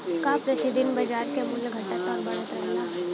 का प्रति दिन बाजार क मूल्य घटत और बढ़त रहेला?